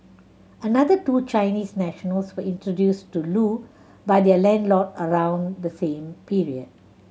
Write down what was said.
another two Chinese nationals were introduced to Loo by their landlord around the same period